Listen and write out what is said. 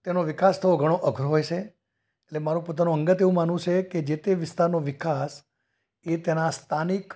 તેનો વિકાસ થવો ઘણો અઘરો હોય છે એટલે મારૂં પોતાનું અંગત એવું માનવું છે જે તે વિસ્તારનો વિકાસ એ તેનાં સ્થાનિક